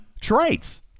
traits